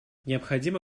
необходимо